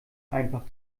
einfach